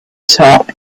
top